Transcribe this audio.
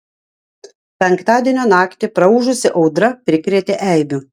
penktadienio naktį praūžusi audra prikrėtė eibių